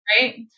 right